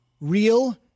real